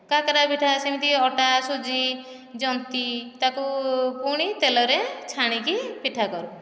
କାକରା ପିଠା ସେମିତି ଅଟା ସୁଜି ଯନ୍ତି ତାକୁ ତାକୁ ପୁଣି ତେଲରେ ଛାଣିକି ପିଠା କରୁ